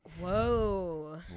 Whoa